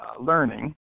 learning